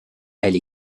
elle